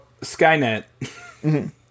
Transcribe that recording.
Skynet